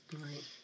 right